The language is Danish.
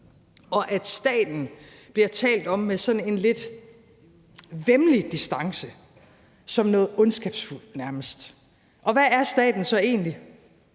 og at der bliver talt om staten med sådan en lidt væmmelig distance, nærmest som noget ondskabsfuldt. Hvad er staten så egentlig?